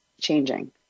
changing